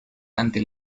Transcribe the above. ante